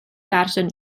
fersiwn